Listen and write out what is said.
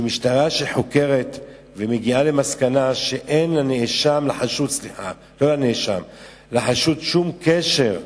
שמשטרה שחוקרת ומגיעה למסקנה שאין לחשוד שום קשר,